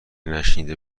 نشنیده